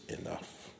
enough